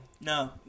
No